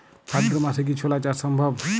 ভাদ্র মাসে কি ছোলা চাষ সম্ভব?